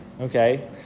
okay